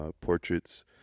portraits